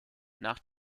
nach